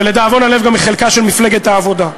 ולדאבון הלב גם מחלקה של מפלגת העבודה,